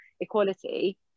equality